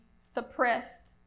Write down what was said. suppressed